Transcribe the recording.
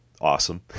awesome